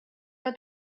que